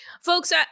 Folks